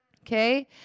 Okay